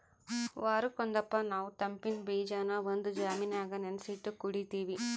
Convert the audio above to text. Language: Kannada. ವಾರುಕ್ ಒಂದಪ್ಪ ನಾವು ತಂಪಿನ್ ಬೀಜಾನ ಒಂದು ಜಾಮಿನಾಗ ನೆನಿಸಿಟ್ಟು ಕುಡೀತೀವಿ